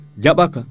Jabaka